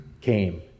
came